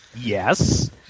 yes